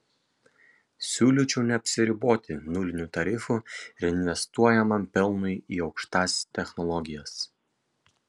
siūlyčiau neapsiriboti nuliniu tarifu reinvestuojamam pelnui į aukštas technologijas